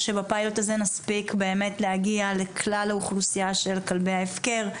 שבפיילוט הזה נספיק באמת להגיע לכלל האוכלוסייה של כלבי ההפקר,